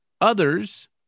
Others